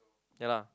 ya lah